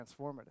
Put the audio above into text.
transformative